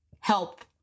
help